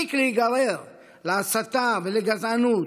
להפסיק להיגרר להסתה ולגזענות,